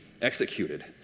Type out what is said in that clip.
executed